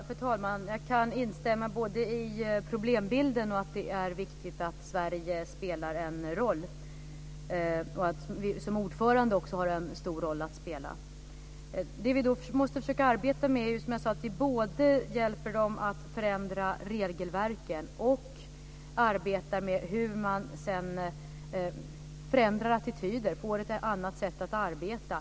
Fru talman! Jag kan instämma i problembilden och i att det är viktigt att Sverige spelar en roll och att vi som ordförande också har en stor roll att spela. Det som vi då måste försöka göra är, som jag sade, att hjälpa dem att förändra regelverken och arbeta med hur man sedan förändrar attityder och får ett annat sätt att arbeta.